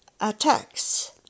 attacks